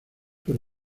con